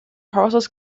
horses